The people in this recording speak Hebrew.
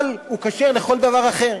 אבל הוא כשר לכל דבר אחר.